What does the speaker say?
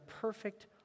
perfect